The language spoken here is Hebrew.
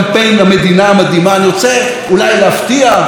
אני רוצה אולי להפתיע אותו ואת חבריו: אני מסכים,